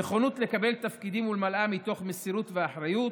נכונות לקבל תפקידים ולמלאם מתוך מסירות ואחריות,